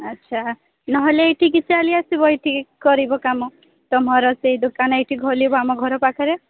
ଆଚ୍ଛା ନ ହେଲେ ଏଠିକି ଚାଲି ଆସିବ ଏଠିକି କରିବ କାମ ତୁମର ସେ ଦୋକାନ ଏଠି ଖୋଲିବ ଆମ ଘର ପାଖରେ